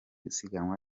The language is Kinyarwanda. isiganwa